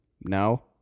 No